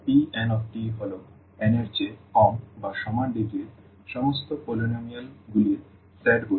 সুতরাং Pn হল n এর চেয়ে কম বা সমান ডিগ্রির সমস্ত polynomial গুলির সেট বোঝায়